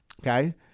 okay